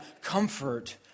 comfort